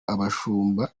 abashumba